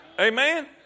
Amen